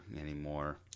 anymore